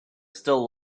still